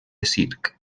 circ